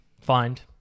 Find